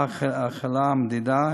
שבה החלה המדידה,